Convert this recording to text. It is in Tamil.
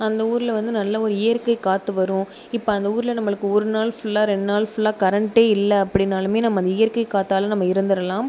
அந்த ஊரில் வந்து நல்ல ஒரு இயற்கை காற்று வரும் இப்போ அந்த ஊரில் நம்மளுக்கு ஒரு நாள் ஃபுல்லாக ரெண்டு நாள் ஃபுல்லாக கரண்ட்டே இல்லை அப்படினாலுமே நம்ம அந்த இயற்கை காற்றால நம்ம இருந்திடலாம்